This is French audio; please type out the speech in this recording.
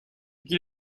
qu’il